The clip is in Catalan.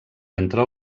entre